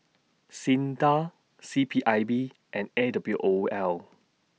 SINDA C P I B and A W O L